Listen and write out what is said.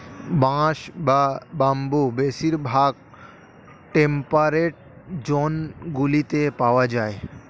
বাঁশ বা বাম্বু বেশিরভাগ টেম্পারেট জোনগুলিতে পাওয়া যায়